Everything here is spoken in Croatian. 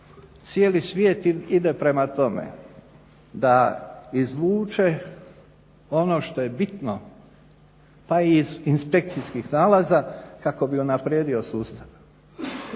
Cijeli svijet ide prema tome da izvuče ono što je bitno pa i iz inspekcijskih nalaza kako bi unaprijedio sustav.